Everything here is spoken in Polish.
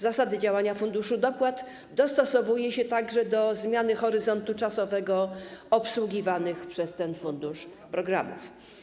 Zasady działania Funduszu Dopłat dostosowuje się także do zmiany horyzontu czasowego obsługiwanych przez ten fundusz programów.